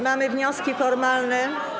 Mamy wnioski formalne.